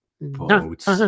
Boats